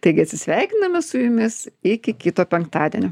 taigi atsisveikiname su jumis iki kito penktadienio